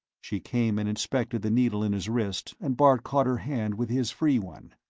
she came and inspected the needle in his wrist, and bart caught her hand with his free one.